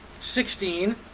sixteen